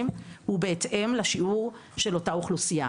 הוא בהתאם לשיעור של אותה אוכלוסייה.